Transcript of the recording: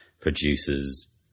produces